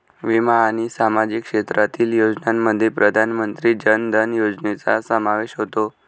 विमा आणि सामाजिक क्षेत्रातील योजनांमध्ये प्रधानमंत्री जन धन योजनेचा समावेश होतो